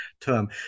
term